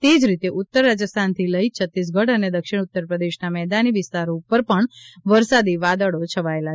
તે જ રીતે ઉત્તર રાજસ્થાનથી લઈ છત્તીસગઢ અને દક્ષિણ ઉત્તર પ્રદેશના મેદાની વિસ્તારો ઉપર પણ વરસાદી વાદળો છવાયેલા છે